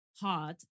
hard